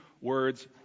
words